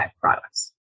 products